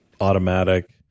automatic